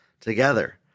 together